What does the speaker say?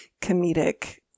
comedic